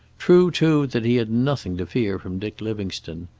true, too, that he had nothing to fear from dick livingstone.